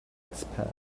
expand